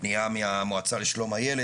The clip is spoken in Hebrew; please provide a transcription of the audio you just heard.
פנייה מהמועצה לשלום הילד.